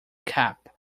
cap